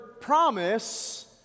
promise